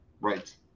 Right